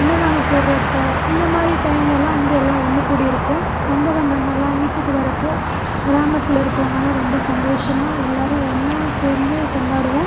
அன்னதானம் போடுகிறப்ப இந்தமாதிரி டைம்லலாம் வந்து எல்லாம் ஒன்று கூடி இருப்போம் சொந்த பந்தங்களெலாம் வீட்டுக்கு வரப்போது கிராமத்தில் இருக்கவங்கலாம் ரொம்ப சந்தோசமாக எல்லோரும் ஒன்னாக சேர்ந்து கொண்டாடுவோம்